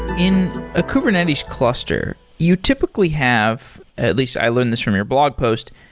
in a kubernetes cluster, you typically have at least, i learned this from your blog post,